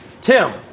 Tim